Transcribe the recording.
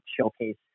showcase